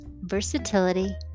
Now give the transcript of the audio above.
versatility